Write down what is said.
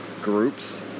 groups